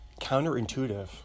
counterintuitive